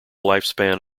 lifespan